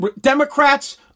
Democrats